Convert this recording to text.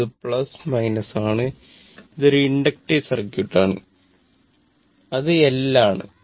ഇത് ആണ് ഇത് ഒരു ഇൻഡക്റ്റീവ് സർക്യൂട്ട് ആണ് അത് L ആണ്